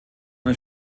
der